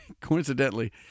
coincidentally